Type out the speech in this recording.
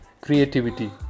creativity